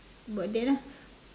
about that lah